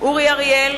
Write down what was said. אורי אריאל,